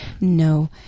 No